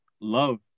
love